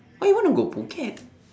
why you wanna go phuket